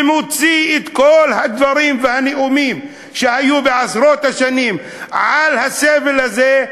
ומוציא את כל הדברים והנאומים שהיו בעשרות השנים על הסבל הזה,